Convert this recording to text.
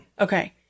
Okay